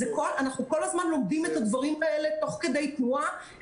אנחנו כל הזמן לומדים את הדברים האלה תוך כדי תנועה.